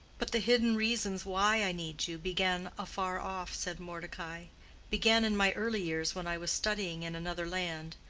but the hidden reasons why i need you began afar off, said mordecai began in my early years when i was studying in another land.